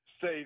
Say